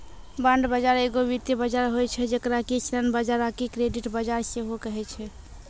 bond बजार एगो वित्तीय बजार होय छै जेकरा कि ऋण बजार आकि क्रेडिट बजार सेहो कहै छै